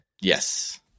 Yes